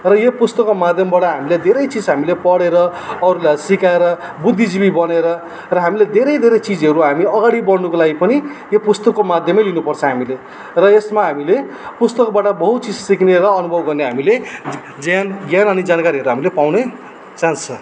र यो पुस्तकको माध्यमबाट हामीले धेरै चिज हामीले पढेर अरूलाई सिकाएर बुद्धिजीवी बनेर र हामीले धेरै धेरै चिजहरू हामी अगाडि बड्नुको लागि पनि यो पुस्तकको माध्यम नै लिनुपर्छ हामीले र यसमा हामीले पुस्तकबाट बहुत चिज सिक्ने र अनुभव गर्ने ज्यान ज्ञान अनि जानकारी हामीले पाउने चान्स छ